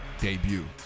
debut